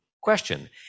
question